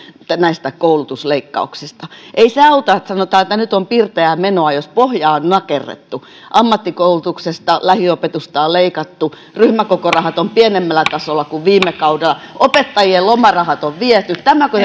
antaneet näistä koulutusleikkauksista ei se auta että sanotaan että nyt on pirteää menoa jos pohjaa on nakerrettu ammattikoulutuksesta lähiopetusta on leikattu ryhmäkokorahat ovat pienemmällä tasolla kuin viime kaudella opettajien lomarahat on viety tämäkö